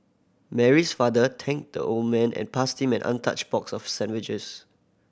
Mary's father thanked the old man and passed him an untouched box of sandwiches